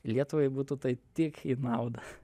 lietuvai būtų tai tik į naudą